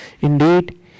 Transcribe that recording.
Indeed